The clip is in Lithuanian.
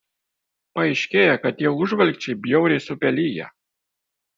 paaiškėja kad tie užvalkčiai bjauriai supeliję